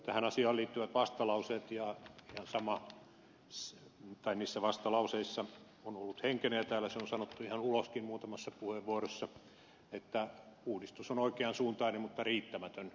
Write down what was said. tähän asiaan liittyvissä vastalauseissa on ollut henkenä ja täällä se on sanottu ihan uloskin muutamassa puheenvuorossa että uudistus on oikean suuntainen mutta riittämätön